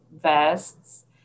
vests